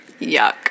Yuck